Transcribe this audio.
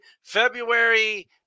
February